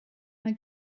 mae